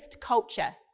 culture